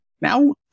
Now